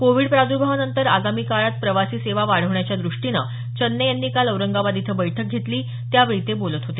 Covid प्राद्भांवानंतर आगामी काळात प्रवासी सेवा वाढवण्याच्या द्रष्टीने चन्ने यांनी काल औरंगाबाद इथं बैठक घेतली त्यावेळी ते बोलत होते